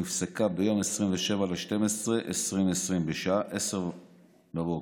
נפסקה ביום 27 בדצמבר 2020 בשעה 10:00,